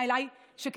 (קוראת בשם חברת הכנסת) קרן ברק,